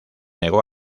negó